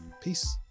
peace